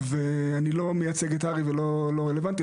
אני לא מייצג את הר"י ולא רלוונטי,